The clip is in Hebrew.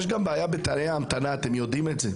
יש גם בעיה בתאי ההמתנה ואתם יודעים זאת.